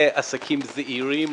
לעסקים זעירים,